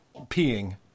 peeing